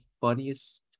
funniest